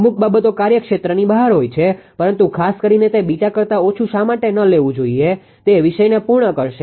અમુક બાબતો કાર્યક્ષેત્રની બહાર હોય છે પરંતુ ખાસ કરીને તે કરતા ઓછું શા માટે ન લેવું જોઈએ તે વિષયને પૂર્ણ કરશે